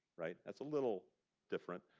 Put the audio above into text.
right? that's a little different.